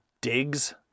digs